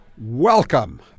Welcome